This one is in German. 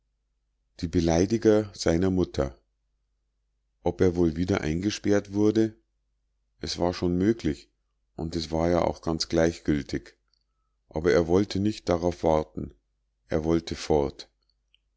die beleidiger seiner mutter ob er wohl wieder eingesperrt wurde es war schon möglich und es war ja auch ganz gleichgültig aber er wollte nicht darauf warten er wollte fort